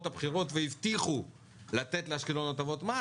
הבחירות והבטיחו לתת לאשקלון הטבות מס.